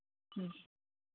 ம்